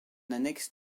annexe